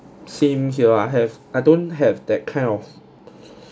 same here I have I don't have that kind of